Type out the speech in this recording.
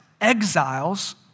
exiles